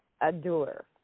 adore